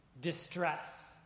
distress